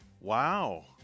Wow